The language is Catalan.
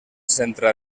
centre